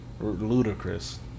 ludicrous